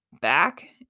back